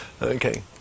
Okay